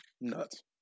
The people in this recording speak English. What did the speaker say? nuts